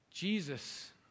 Jesus